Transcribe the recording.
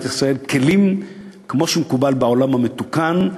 ישראל כלים כמו שמקובל בעולם המתוקן,